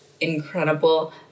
incredible